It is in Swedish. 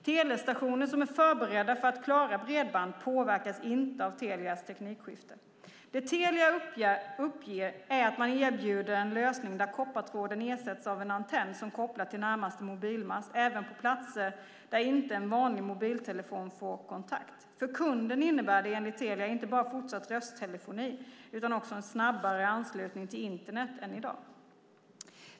Telestationer som är förberedda för att klara bredband påverkas inte av Telias teknikskifte. Det Telia uppger är att man erbjuder en lösning där koppartråden ersätts av en antenn som kopplar till närmaste mobilmast även på platser där inte en vanlig mobiltelefon får kontakt. För kunden innebär det enligt Telia inte bara fortsatt rösttelefoni utan också en snabbare anslutning till internet än i dag.